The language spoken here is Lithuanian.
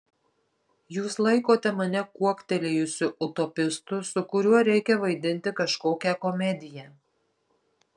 jūs laikote mane kuoktelėjusiu utopistu su kuriuo reikia vaidinti kažkokią komediją